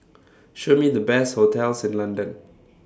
Show Me The Best hotels in London